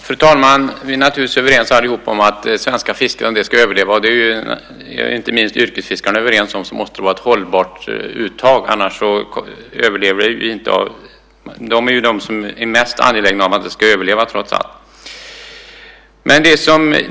Fru talman! Vi är naturligtvis alla överens om att det svenska fisket ska överleva. Det är inte minst yrkesfiskarna överens om. Det måste vara ett hållbart uttag, för annars överlever inte fisket. Yrkesfiskarna är de som är mest angelägna om att det ska överleva.